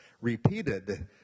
repeated